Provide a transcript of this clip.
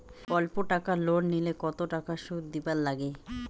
অল্প টাকা লোন নিলে কতো টাকা শুধ দিবার লাগে?